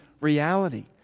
reality